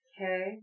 Okay